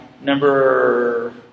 number